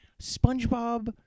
Spongebob